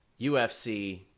UFC